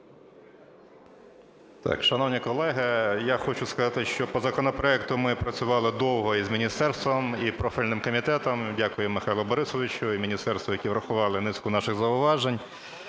Шановні колеги! Я хочу сказати, що по законопроекту ми працювали довго і з міністерством, і профільним комітетом. Дякую Михайлу Борисовичу і міністерству, які врахували низку наших зауважень.